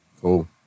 Cool